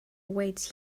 awaits